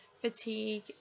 fatigue